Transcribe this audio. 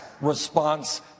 response